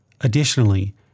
Additionally